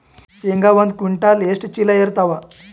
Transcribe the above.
ಶೇಂಗಾ ಒಂದ ಕ್ವಿಂಟಾಲ್ ಎಷ್ಟ ಚೀಲ ಎರತ್ತಾವಾ?